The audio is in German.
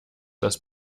das